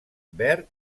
verd